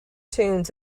tunes